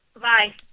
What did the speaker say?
bye